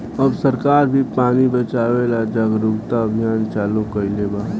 अब सरकार भी पानी बचावे ला जागरूकता अभियान चालू कईले बा